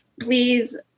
please